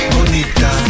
Bonita